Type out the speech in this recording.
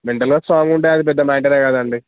మెంటల్గా స్ట్రాంగ్గా ఉంటే అది పెద్ద మ్యాటరే కాదు అండి